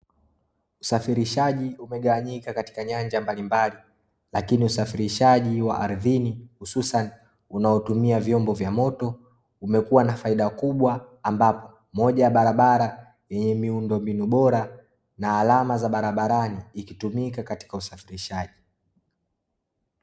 Usafirishaji umegawanyika katika nyanja mbalimbali lakini usafirishaji wa ardhini hususani unaotumia vyombo vya moto, umekuwa na faida kubwa ambapo moja ya barabara yenye miundombinu bora na alama za barabarani ikitumika katika usafirishaji.